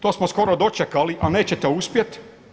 To smo skoro dočekali, ali nećete uspjeti.